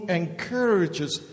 encourages